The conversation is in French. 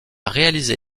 réalisé